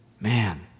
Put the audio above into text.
Man